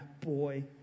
boy